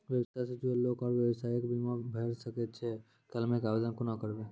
व्यवसाय सॅ जुड़ल लोक आर व्यवसायक बीमा भऽ सकैत छै? क्लेमक आवेदन कुना करवै?